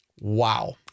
Wow